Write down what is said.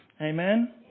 Amen